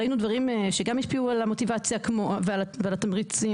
ראינו דברים שגם השפיעו על המוטיבציה ועל התמריצים,